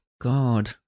God